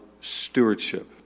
stewardship